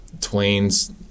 Twain's